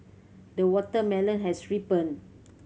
the watermelon has ripened